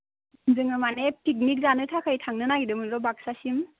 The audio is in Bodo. जोङो मानि पिकनिक जानो थाखाय थांनो नागिरदोंमोन र' बाक्सासिम